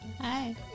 Hi